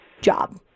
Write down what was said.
job